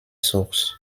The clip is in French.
source